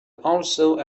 also